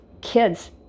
kids